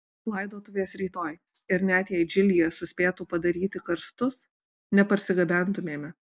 laidotuvės rytoj ir net jei džilyje suspėtų padaryti karstus neparsigabentumėme